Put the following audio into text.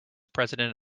president